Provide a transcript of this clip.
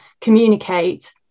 communicate